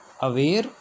aware